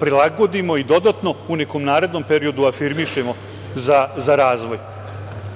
prilagodimo i dodatno u nekom narednom periodu afirmišemo za razvoj. Na